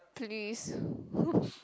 please